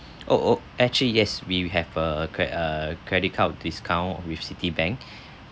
oh oh actually yes we have a cre~ err credit card discount with Citibank